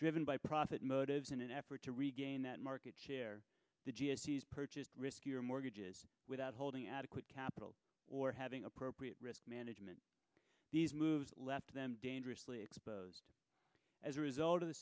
driven by profit motives in an effort to regain that market share purchase riskier mortgages without holding adequate capital or having appropriate risk management these moves left them dangerously exposed as a result of the